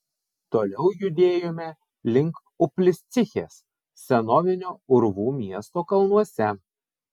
toliau judėjome link upliscichės senovinio urvų miesto kalnuose